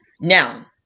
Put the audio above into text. Now